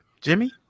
Jimmy